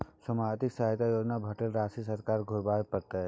सामाजिक सहायता योजना में भेटल राशि सरकार के घुराबै परतै?